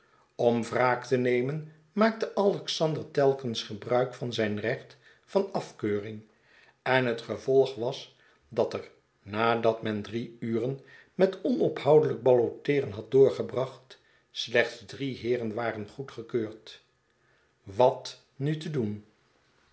om wraak te nemen maakte alexander telkens gebruik van zijn recht van afkeuring en het gevolg was dat er nadat men drie uren met onophoudelijk balloteeren had doorgebracht slechts drie heeren waren goedgekeurd wat nu te doen